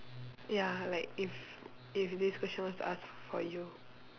ya like if if this question was ask for you